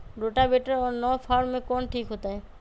Rotavator और नौ फ़ार में कौन ठीक होतै?